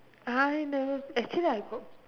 I know actually I got